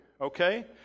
Okay